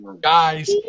guys